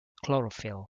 chlorophyll